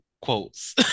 quotes